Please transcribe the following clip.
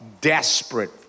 desperate